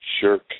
Shirk